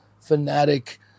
fanatic